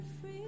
free